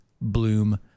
bloom